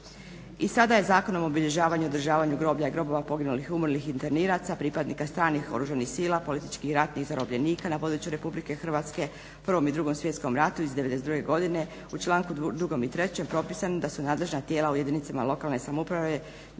I sada je Zakonom o obilježavanju i održavanju groblja i grobova poginulih i umrlih …/Govornica se ne razumije./… pripadnika stranih oružanih sila, političkih ratnih zarobljenika na području Republike Hrvatske, Prvom i Drugom svjetskom ratu iz '92. godine u članku drugom i trećem propisano da su nadležna tijela u jedinicama lokalne samouprave